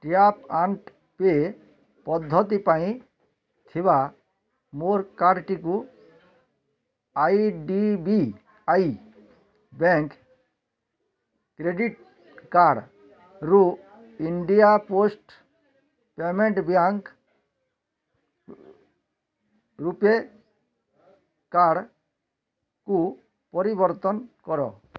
tap and pay ପଦ୍ଧତି ପାଇଁ ଥିବା ମୋର କାର୍ଡ଼ଟିକୁ I D B I bank credit କାର୍ଡ଼୍ରୁ India post payment bank RuPay କାର୍ଡ଼୍କୁ ପରିବର୍ତ୍ତନ କର